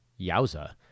Yowza